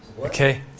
Okay